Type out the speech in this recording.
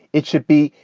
it should be.